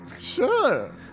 Sure